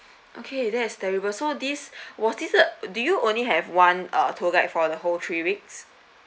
okay that's terrible so this was this the uh do you only have one uh tour guide for the whole three weeks